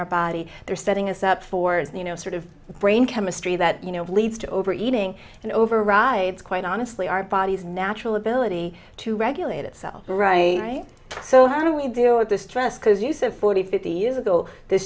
our body they're setting us up for and you know sort of brain chemistry that you know leads to overeating and overrides quite honestly our body's natural ability to regulate itself right so how do we deal with the stress because you said forty fifty years ago th